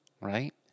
Right